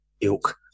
ilk